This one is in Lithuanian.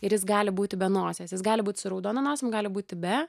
ir jis gali būti be nosies jis gali būt su raudona nosim gali būti be